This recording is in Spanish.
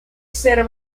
ser